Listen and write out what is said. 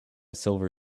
silver